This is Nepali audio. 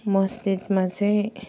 मस्जिदमा चाहिँ